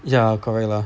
ya correct lah